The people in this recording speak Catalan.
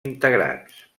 integrats